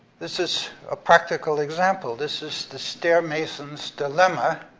this is a practical example, this is the stair mason's dilemma.